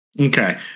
okay